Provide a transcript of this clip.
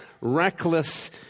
reckless